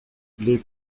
les